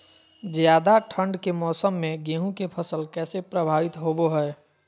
ज्यादा ठंड के मौसम में गेहूं के फसल कैसे प्रभावित होबो हय?